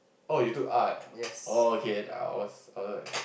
oh you took Art oh okay I was I was like